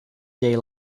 day